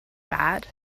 bad